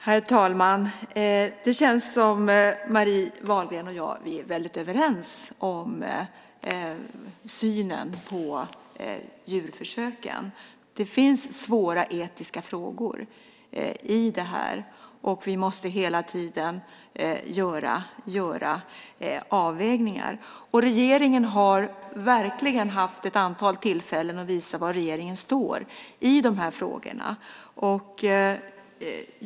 Herr talman! Det känns som om Marie Wahlgren och jag är överens om synen på djurförsöken. Det finns svåra etiska frågor i det här, och vi måste hela tiden göra avvägningar. Regeringen har verkligen haft ett antal tillfällen att visa var den står i frågorna.